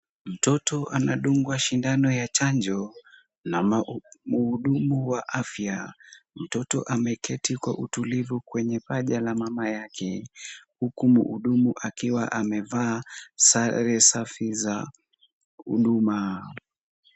Mtoto anadungwa sindano ya chanjo na mhudumu wa afya, mtoto ameketi kwa utulivu kwenye paja la mama yake, huku mhudumu akiwa amevaa sare safi za huduma.